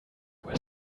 were